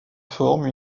forme